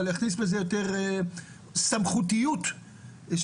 אבל יכניס בזה יותר סמכותיות ציבורית.